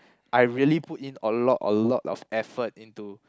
I really put in a lot a lot of effort into